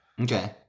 Okay